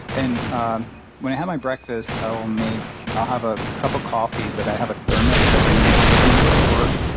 and um when i have my breakfast, i will make i'll have a cup of coffee, but i have a thermos that i bring with me to work.